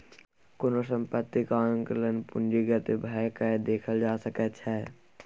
कोनो सम्पत्तीक आंकलन पूंजीगते भए कय देखल जा सकैत छै